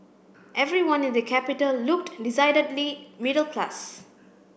everyone in the capital looked decidedly middle class